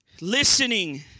listening